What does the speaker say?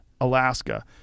alaska